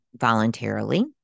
voluntarily